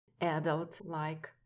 adult-like